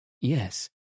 Yes